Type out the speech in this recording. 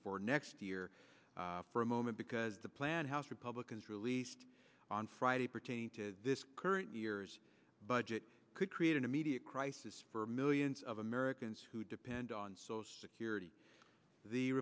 for next year for a moment because the plan house republicans released on friday pertaining to this current year's budget could create an immediate crisis for millions of americans who depend on social security the